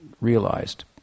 realized